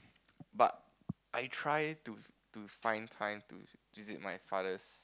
but I try to to find time to visit my father's